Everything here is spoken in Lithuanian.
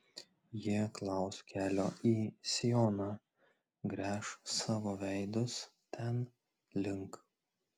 jie klaus kelio į sioną gręš savo veidus ten link